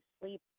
sleep